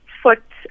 foot